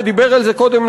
ודיבר על זה קודם,